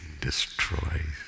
destroys